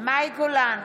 מאי גולן,